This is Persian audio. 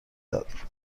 داد